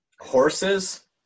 horses